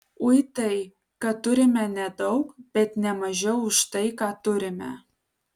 ui tai kad turime nedaug bet ne mažiau už tai ką turime